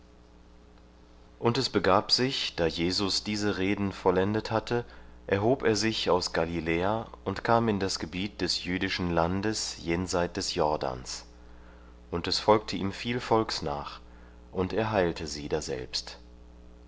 und es begab sich da jesus diese reden vollendet hatte erhob er sich aus galiläa und kam in das gebiet des jüdischen landes jenseit des jordans und es folgte ihm viel volks nach und er heilte sie daselbst